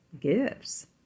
gifts